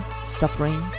suffering